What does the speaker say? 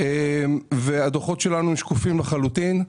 הדו"חות שלנו שקופים לחלוטין.